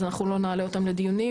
אז אנחנו לא נעלה אותן לדיונים.